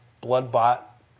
blood-bought